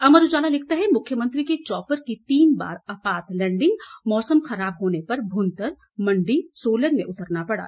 अमर उजाला लिखता है मुख्यमंत्री के चॉपर की तीन बार आपात लैंडिग मौसम खराब होने पर भुंतर मंडी सोलन में उतरना पड़ा